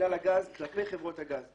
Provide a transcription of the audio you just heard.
מינהל הגז כלפי חברות הגז.